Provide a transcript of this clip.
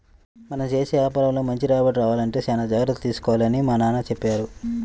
మనం చేసే యాపారంలో మంచి రాబడి రావాలంటే చానా జాగర్తలు తీసుకోవాలని మా నాన్న చెప్పారు